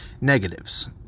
Negatives